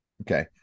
Okay